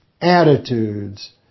attitudes